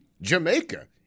Jamaica